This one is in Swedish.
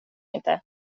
inte